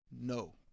no